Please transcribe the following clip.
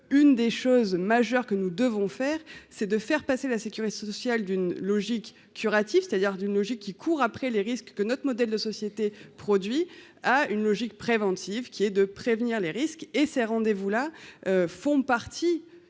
une des choses majeures que nous devons faire, c'est de faire passer la sécurité sociale, d'une logique curative, c'est-à-dire d'une logique qui courent après les risques que notre modèle de société produit à une logique préventive qui est de prévenir les risques et ses rendez vous là font partie.